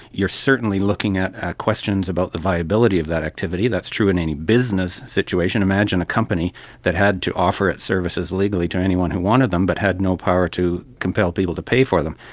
you are certainly looking at questions about the viability of that activity. that's true in any business situation. imagine a company that had to offer its services legally to anyone who wanted them but had no power to compel people to pay for them.